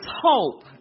hope